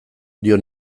dio